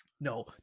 No